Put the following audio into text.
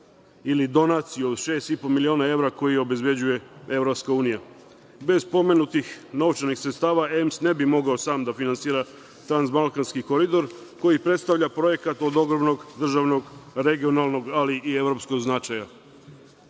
ili donaciju od 6,5 miliona evra koji obezbeđuje Evropska unija. Bez pomenutih novčanih sredstava, EMS ne bi mogao sam da finansira „Transbalkanski koridor“, koji predstavlja projekat od ogromnog državnog regionalnog, ali i evropskog značaja. Taj